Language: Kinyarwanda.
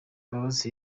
mbabazi